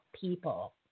people